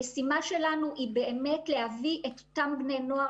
המשימה שלנו היא להביא את אותם בני נוער